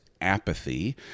apathy